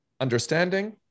understanding